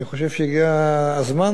אני חושב שהגיע הזמן,